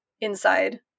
inside